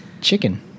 chicken